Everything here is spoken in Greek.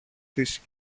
της